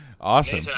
Awesome